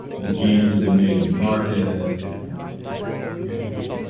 the gains that have been made in market and and